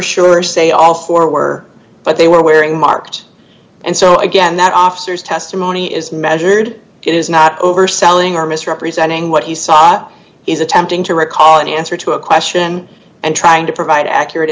sure say all four were but they were wearing marked and so again that officers testimony is measured it is not overselling are misrepresenting what he saw that he is attempting to recall in answer to a question and trying to provide accurate